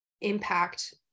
impact